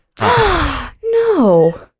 No